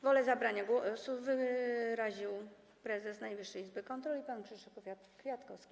Wolę zabrania głosu wyraził prezes Najwyższej Izby Kontroli pan Krzysztof Kwiatkowski.